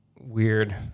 weird